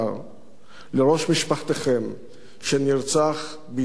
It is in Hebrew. לראש משפחתכם שנרצח בידי בן-עוולה.